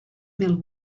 mil